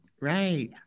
right